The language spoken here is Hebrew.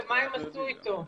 ומה הם עשו אתו?